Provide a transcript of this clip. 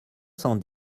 cent